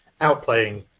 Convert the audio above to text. outplaying